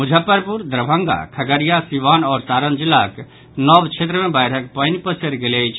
मुजफ्फरपुर दरभंगा खगड़िया सीवान आओर सारण जिलाक नव क्षेत्र मे बाढ़िक पानि पसरि गेल अछि